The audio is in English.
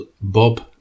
Bob